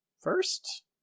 first